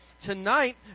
tonight